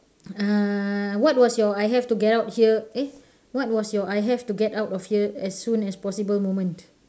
err what was your I have to get out here eh what was your I have to get out of here as soon as possible moment